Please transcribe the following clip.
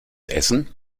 essen